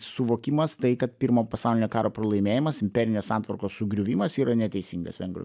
suvokimas tai kad pirmo pasaulinio karo pralaimėjimas imperinės santvarkos sugriuvimas yra neteisingas vengrų